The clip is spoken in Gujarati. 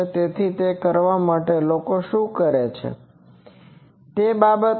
તેથી તે કરવા માટે લોકો શુ કરે છે તે બાબત છે